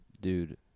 dude